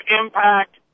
impact